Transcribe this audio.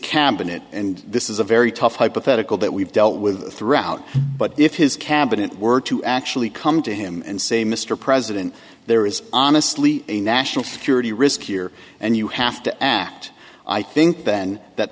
cabinet and this is a very tough hypothetical that we've dealt with throughout but if his cabinet were to actually come to him and say mr president there is honestly a national security risk here and you have to act i think then that